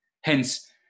Hence